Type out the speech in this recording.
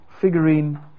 figurine